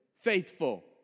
Faithful